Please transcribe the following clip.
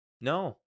no